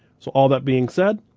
so all that being said,